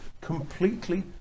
completely